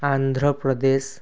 Andhra Pradesh